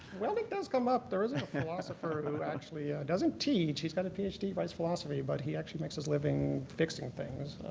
welding does come up. there is a philosopher and who actually doesn't teach, he's got a ph d, writes philosophy, but he actually makes his living fixing things,